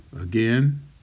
again